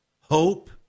hope